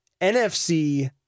NFC